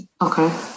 Okay